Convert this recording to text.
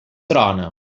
trone